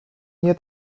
nie